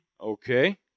Okay